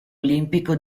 olimpico